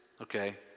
okay